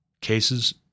cases